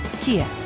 Kia